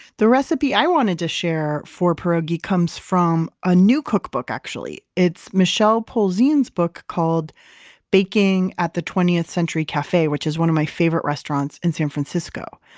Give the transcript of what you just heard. the recipe i wanted to share for pierogi comes from a new cookbook actually. it's michelle polzine's book called baking at the twentieth century cafe which is one of my favorite restaurants in san francisco.